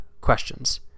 questions